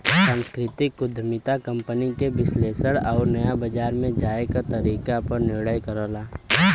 सांस्कृतिक उद्यमिता कंपनी के विश्लेषण आउर नया बाजार में जाये क तरीके पर निर्णय करला